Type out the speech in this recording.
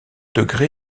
degré